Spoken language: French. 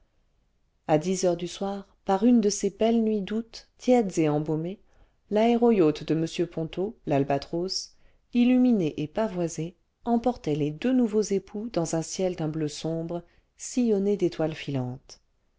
a dix heures du soir par une de ces belles nuits d'août tièdes et embaumées laéro yacht de m ponto y albatros illuminé et pavoisé emportait les deux nouveaux époux dans un ciel d'un bleu sombre sillonné d'étoiles filantes